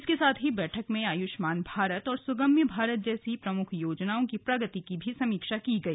इसके साथ ही बैठक में आयुष्मान भारत और सुगम्य भारत जैसी प्रमुख योजनाओं की प्रगति की समीक्षा की गई